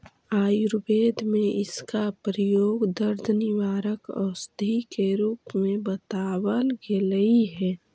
आयुर्वेद में इसका प्रयोग दर्द निवारक औषधि के रूप में बतावाल गेलई हे